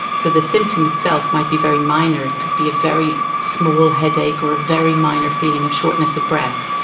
so the symptom itself might be very minor, it could be a very small headache or a very minor feeling of shortness of breath.